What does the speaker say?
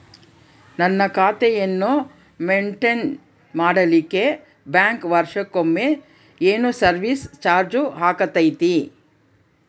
ನನ್ನ ಖಾತೆಯನ್ನು ಮೆಂಟೇನ್ ಮಾಡಿಲಿಕ್ಕೆ ಬ್ಯಾಂಕ್ ವರ್ಷಕೊಮ್ಮೆ ಏನು ಸರ್ವೇಸ್ ಚಾರ್ಜು ಹಾಕತೈತಿ?